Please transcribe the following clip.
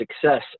success